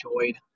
enjoyed